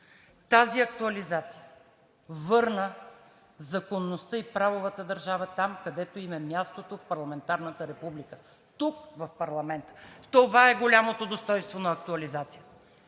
Тази актуализация върна законността и правовата държава там, където им е мястото в парламентарната република – тук, в парламента. В това е голямото достойнство на актуализацията